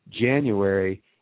January